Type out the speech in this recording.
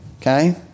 okay